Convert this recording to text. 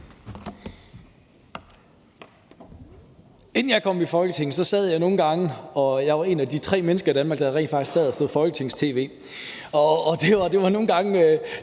Inden jeg kom i Folketinget, var jeg et af de tre mennesker i Danmark, der rent faktisk sad og så Folketings-tv, og det var nogle gange